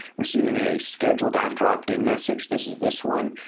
receiving a scheduled after opt-in message. this is this one.